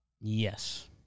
Yes